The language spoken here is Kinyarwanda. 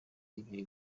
ibiri